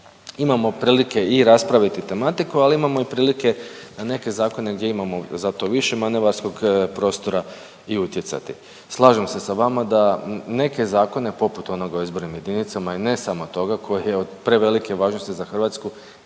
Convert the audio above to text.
imamo prilike i raspraviti tematiku ali imamo i prilike neke zakone gdje imamo za to više manevarskog prostora i utjecati. Slažem se sa vama da neke zakone poput onog o izbornim jedinicama i ne samo toga koji je od prevelike važnosti za Hrvatsku,